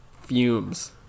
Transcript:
fumes